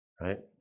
Right